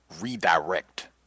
redirect